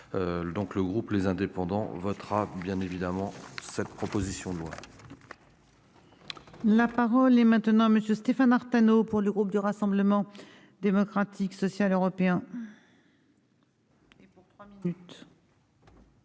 donc le groupe, les indépendants votera bien évidemment cette proposition de loi. Le. La parole est maintenant Monsieur Stéphane Artano pour le groupe du Rassemblement démocratique social européen.